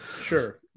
sure